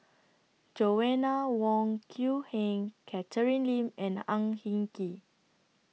Joanna Wong Quee Heng Catherine Lim and Ang Hin Kee